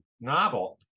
novel